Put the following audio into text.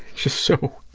just so,